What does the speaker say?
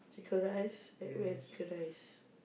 chicken rice at where chicken rice